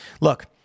Look